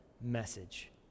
message